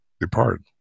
depart